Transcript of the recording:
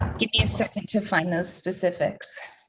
give me a second to find those specifics.